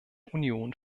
union